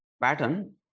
pattern